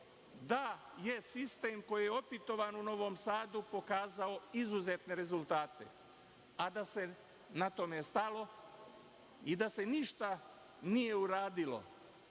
da je sistem koji je opitovan u Novom Sadu pokazao izuzetne rezultate, a da se na tome stalo i da se ništa nije uradilo